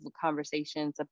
conversations